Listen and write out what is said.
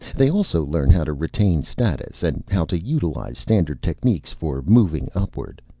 they also learn how to retain status, and how to utilize standard techniques for moving upward.